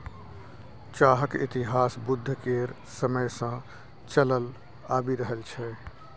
चाहक इतिहास बुद्ध केर समय सँ चलल आबि रहल छै